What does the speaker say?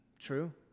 true